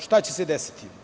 Šta će se desiti?